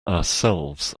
ourselves